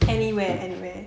anywhere anywhere